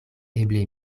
eble